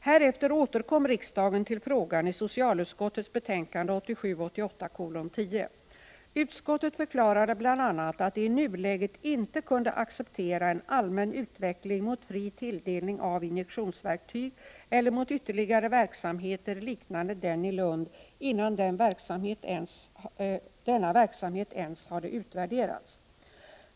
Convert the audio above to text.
Härefter återkom riksdagen till frågan i socialutskottets betänkande 1987/88:10. Utskottet förklarade bl.a. att det i nuläget inte kunde acceptera en allmän utveckling mot fri tilldelning av injektionsverktyg eller mot ytterligare verksamheter liknande den i Lund innan denna verksamhet ens hade utvärderats.